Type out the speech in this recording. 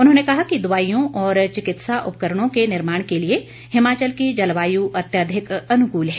उन्होंने कहा कि दवाईयों और चिकित्सा उपकरणों के निर्माण के लिए हिमाचल की जलवायु अत्यधिक अनुकूल है